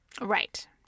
Right